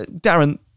Darren